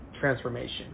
transformation